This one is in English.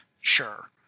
Sure